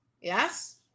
yes